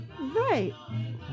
Right